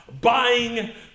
buying